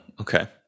okay